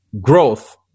growth